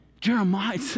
Jeremiah